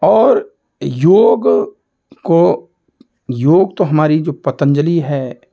और योग को योग तो हमारी जो पतंजलि है